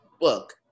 book